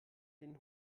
den